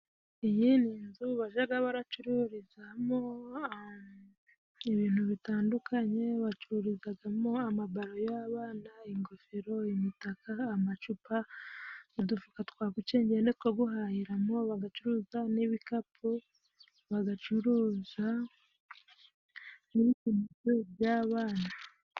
Iyi ni inzu bajaga baracururizamo ibintu bitandukanye, bacururizagamo amabaro y'abana, ingofero, imitaka, amacupa n'udufuka twa gucengeni two guhahiramo. Bagacuruza n'ibikapu, bagacuruza n'ibikinisho by'abana.